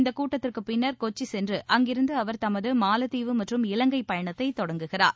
இந்த கூட்டத்திற்குப் பின்னர் கொச்சி சென்று அங்கிருந்து அவர் தமது மாலத்தீவு மற்றும் இலங்கை பயணத்தை தொடங்குகிறார்